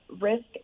risk